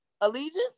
allegiance